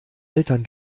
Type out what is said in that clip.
eltern